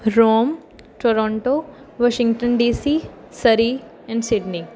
Rome Toronto Washington DC Surrey and Sydney